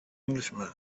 englishman